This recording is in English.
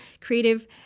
creative